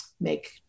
make